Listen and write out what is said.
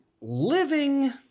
living